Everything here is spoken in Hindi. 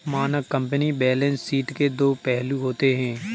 मानक कंपनी बैलेंस शीट के दो फ्लू होते हैं